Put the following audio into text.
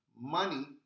money